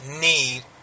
need